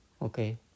Okay